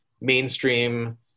mainstream